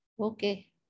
Okay